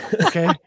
Okay